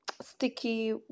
sticky